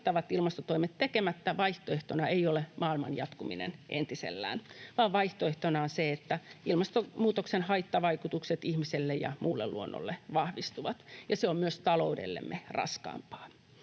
ilmastotoimet tekemättä, vaihtoehtona ei ole maailman jatkuminen entisellään, vaan vaihtoehtona on se, että ilmastonmuutoksen haittavaikutukset ihmiselle ja muulle luonnolle vahvistuvat, ja se on myös taloudellemme raskaampaa.